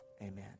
Amen